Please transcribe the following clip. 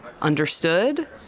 understood